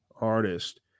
artist